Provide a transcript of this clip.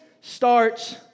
starts